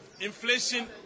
inflation